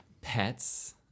pets